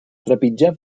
trepitjar